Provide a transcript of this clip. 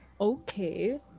Okay